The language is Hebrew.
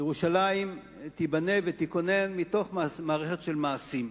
ירושלים תיבנה ותיכונן מתוך מערכת של מעשים.